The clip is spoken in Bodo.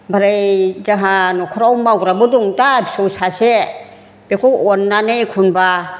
ओमफ्राय जाहा न'खराव मावग्राबो दं दा फिसौ सासे बेखौ अननानै एखनब्ला